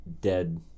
dead